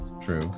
true